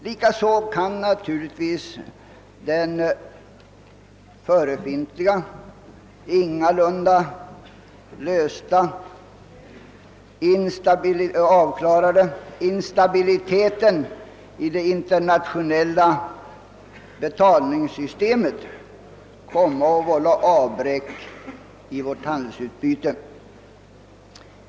Likaså kan naturligtvis den förefintliga, ingalunda avklarade instabiliteten i det internationella betalningssystemet komma att vålla avbräck i vårt handelsutbyte.